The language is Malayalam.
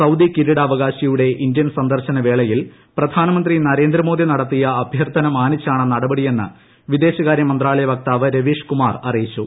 സൌദി കിരീടാവകാശിയുടെ ഇന്ത്യൻ സന്ദർശനവേളയിൽ പ്രധാനമന്ത്രി നരേന്ദ്രമോദി നടത്തിയ അഭ്യർത്ഥന മാനിച്ചാണ് നടപടിയെന്ന് വിദേശ മന്ത്രാലയ വക്താവ് രവീഷ് കുമാർ അറിയിച്ചു